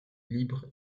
libre